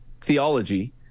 theology